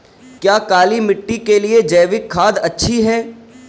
क्या काली मिट्टी के लिए जैविक खाद अच्छी है?